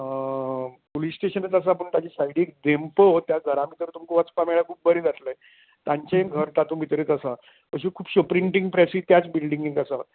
पुलिस्टेशनूच आसा पूण ताच्या सायडीक देंपो त्या घरा भितर वसपाक मेळ्यार खूब बरें जातलें तांचेंय घर तातूंत भितरूच आसा अशे खुबशे प्रिंटींग प्रॅसूय त्याच बिल्डींगेंत आसा